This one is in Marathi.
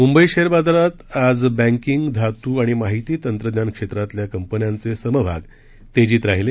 मुंबई शेअर बाजारात आज बँकिग धातू आणि माहिती तंत्रज्ञान क्षेत्रातल्या कंपन्यांचे समभाग तेजित राहिले